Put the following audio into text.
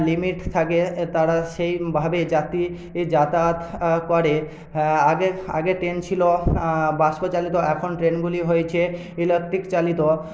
limit থাকে তারা সেইভাবে যাতায়াত করে আগে আগে ট্রেন ছিল বাষ্পচালিত এখন ট্রেনগুলি হয়েছে ইলেকট্রিক চালিত